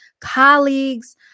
colleagues